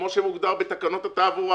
כמו שמוגדר בתקנות התעבורה.